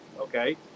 Okay